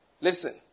Listen